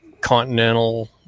continental